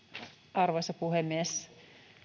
arvoisa puhemies